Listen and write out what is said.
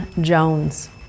Jones